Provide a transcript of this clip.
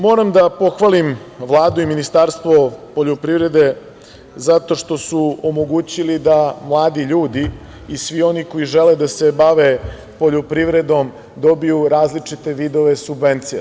Moram da pohvalim Vladu i Ministarstvo poljoprivrede zato što su omogućili da mladi ljudi i svi oni koji žele da se bave poljoprivredom dobiju različite vidove subvencija.